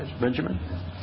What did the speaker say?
Benjamin